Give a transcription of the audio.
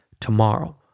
tomorrow